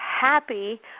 happy